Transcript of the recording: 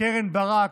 קרן ברק,